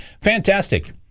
fantastic